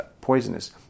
poisonous